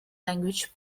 language